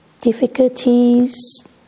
difficulties